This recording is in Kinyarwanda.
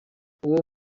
uwo